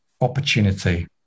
opportunity